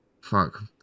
fuck